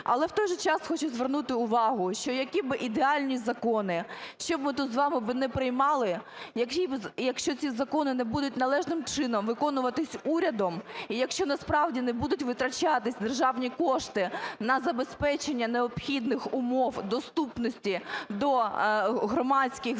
Але, в той же час, хочу звернути увагу, що які б ідеальні закони, що б ми тут з вами не приймали, якщо ці закони не будуть належним чином виконуватись урядом і якщо насправді не будуть витрачатись державні кошти на забезпечення необхідних умов доступності до громадських закладів,